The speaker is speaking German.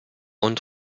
und